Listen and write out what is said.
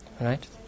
Right